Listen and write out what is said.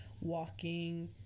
walking